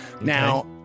now